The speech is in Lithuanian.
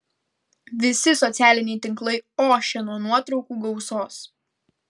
visi socialiniai tinklai ošia nuo nuotraukų gausos